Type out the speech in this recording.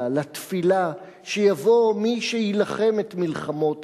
לתפילה שיבוא מי שיילחם את מלחמות היהודים,